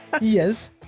yes